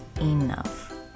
enough